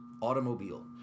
automobile